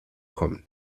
kommen